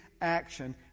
action